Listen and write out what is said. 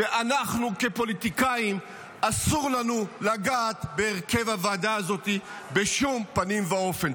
ואנחנו כפוליטיקאים אסור לנו לגעת בהרכב הוועדה הזאת בשום פנים ואופן.